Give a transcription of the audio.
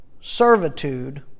servitude